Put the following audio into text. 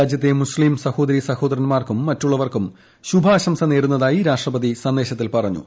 രാജ്യത്തെ മുസ്തീം സഹോദരീ സഹോദരൻമാർക്കും മറ്റുള്ളവർക്കും ശുഭാശംസ നേരുന്നതായി രാഷ്ട്രപതി സന്ദേശത്തിൽ പറഞ്ഞു